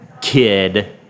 kid